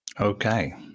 Okay